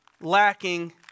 lacking